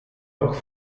auch